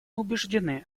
убеждены